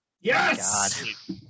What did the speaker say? Yes